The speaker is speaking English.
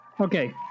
Okay